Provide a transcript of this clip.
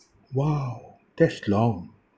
!wow! that's long